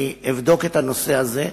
אני אבדוק את הנושא הזה,